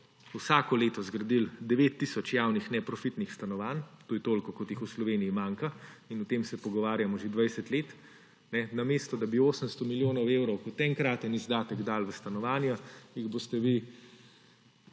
vsako leto zgradili 9 tisoč javnih neprofitnih stanovanj, to je toliko, kot jih v Sloveniji manjka, in o tem se pogovarjamo že 20 let. Namesto da bi 800 milijonov evrov kot enkraten izdatek dali v stanovanja, jih boste vi